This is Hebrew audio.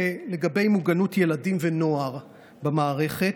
לגבי מוגנות ילדים ונוער במערכת,